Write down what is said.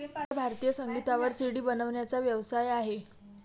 माझा भारतीय संगीतावर सी.डी बनवण्याचा व्यवसाय आहे